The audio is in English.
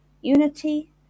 unity